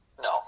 No